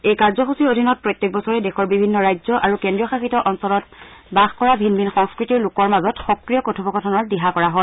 এই কাৰ্যসূচীৰ অধীনত প্ৰত্যেক বছৰে দেশৰ বিভিন্ন ৰাজ্য আৰু কেন্দ্ৰীয়শাসিত ৰাজ্যক্ষেত্ৰত বাস কৰা ভিন ভিন সংস্কতিৰ লোকৰ মাজত সক্ৰিয় কথোপকথনৰ দিহা কৰা হয়